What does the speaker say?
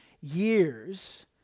years